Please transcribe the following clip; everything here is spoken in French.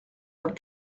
vingt